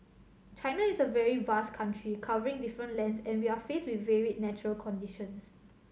China is a very vast country covering different lands and we are faced with varied natural conditions